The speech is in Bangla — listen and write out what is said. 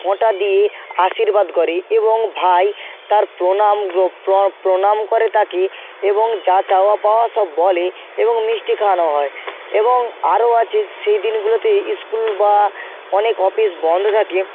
ফোঁটা দিয়ে আশীর্বাদ করে এবং ভাই তার প্রণাম প্রণাম করে তাকে এবং যা চাওয়া পাওয়া সব বলে এবং মিষ্টি খাওয়ানো হয় এবং আরও আছে সেই দিনগুলোতে স্কুল বা অনেক অফিস বন্ধ থাকে